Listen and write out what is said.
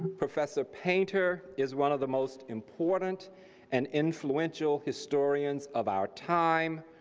professor painter is one of the most important and influential historians of our time.